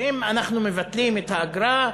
שאם אנחנו מבטלים את האגרה,